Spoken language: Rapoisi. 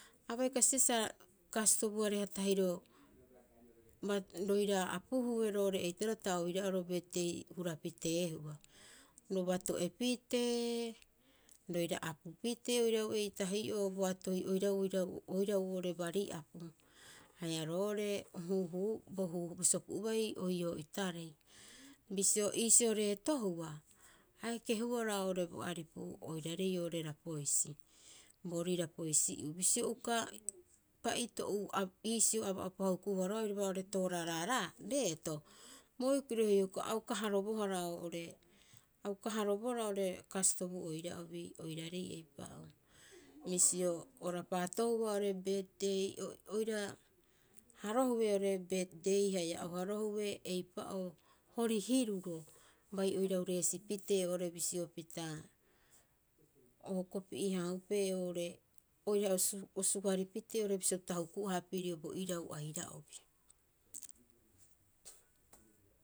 A baikasibaa sa kastobuareha tahiro bato, roira apuhue roo'ore eitaroo ta oira'oro birth day a hura piteehua. Ro bato'e pitee, roira apu pitee oirau eitahi'oo boatoi oirau, oirau, oirau, oo'ore bari apu. Haia roo'ore huuhuu bo huu, bo suku'ubai oioo'itarei. Bisio iisio reetohua, a ekehuara oo'ore bo aripu oiraarei oo'ore Rapoisi, boorii Rapoisi'uu. Bisio uka paito'u a iisio aba'upa hukuhua roga'a oiraba tooraaraa raa reeto. bikiro hioko'i a uka harobohara oo'ore, a uka harobohara oo'ore kastobu oira'obi oiraarei eipa'oo. Bisio o rapaatohua oo'ore birth day oira harohue oo'ore birth day haia o harohue eipa'oo hori hiruro, bai oirau reesi pitee oo'ore bisio pita o hoko pi'ee- haahupee oo'ore oira o sua, o suari pitee oo'ore bisio pita huku'aha pirio bo irau aira'obi.